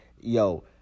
yo